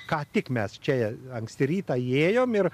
ką tik mes čia anksti rytą įėjom ir